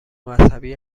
مذهبی